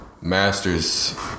master's